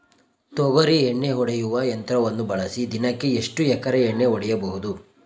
ತೊಗರಿ ಎಣ್ಣೆ ಹೊಡೆಯುವ ಯಂತ್ರವನ್ನು ಬಳಸಿ ದಿನಕ್ಕೆ ಎಷ್ಟು ಎಕರೆ ಎಣ್ಣೆ ಹೊಡೆಯಬಹುದು?